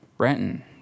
Brenton